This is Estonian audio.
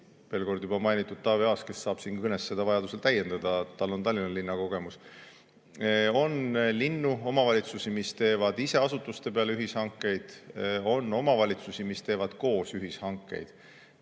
komisjonis on näiteks Taavi Aas, kes saab siin oma kõnes mind vajadusel täiendada. Tal on Tallinna linna kogemus. On linnu, omavalitsusi, mis teevad ise asutuste peale ühishankeid, on omavalitsusi, mis teevad koos ühishankeid.